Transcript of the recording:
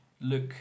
look